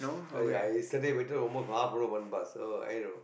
ya I yesterday waited almost half an hour for one bus so I know